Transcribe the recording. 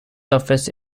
office